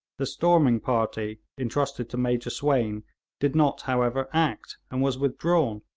the storming party intrusted to major swayne did not, however, act, and was withdrawn.